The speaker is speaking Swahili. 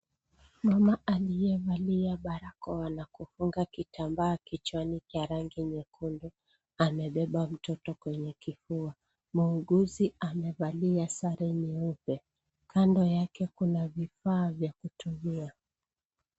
Mama aliyevalia barakoa na kufunga kitambaa kichwani cha rangi nyekundu amebeba mtoto kwenye kifua. Muuguzi amevalia sare nyeupe. Kando yake kuna vifaa vya kutumia.